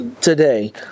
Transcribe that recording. today